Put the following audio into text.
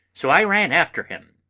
so i ran after him.